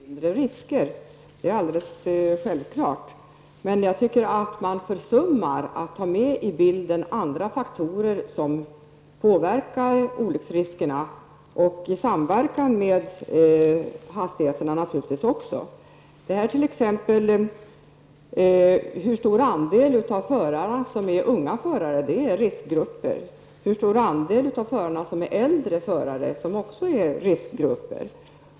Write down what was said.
Herr talman! Jag har inte förnekat att lägre hastigheter leder till mindre risker. Det är alldeles självklart. Men jag tycker att man försummar att ta med i bilden andra faktorer som påverkar olycksriskerna och som naturligtvis samverkar med hastigheterna. Det gäller t.ex. hur stor andel av förarna som är unga, eftersom de unga förarna utgör en riskgrupp, och hur stor andel av förarna som är äldre, vilka också utgör en riskgrupp.